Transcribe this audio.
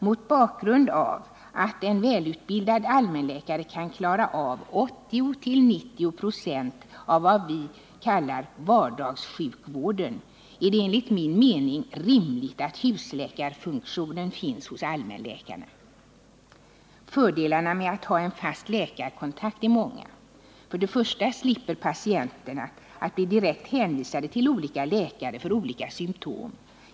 Mot bakgrund av att en välutbildad allmänläkare kan klara av 80-90 96 av vad vi kan kalla vardagssjukvården är det enligt min mening rimligt att husläkarfunktionen finns hos allmänläkarna. Fördelarna med att ha en fast läkarkontakt är många. Först och främst slipper patienten att bli direkt hänvisad till olika läkare för olika symtom.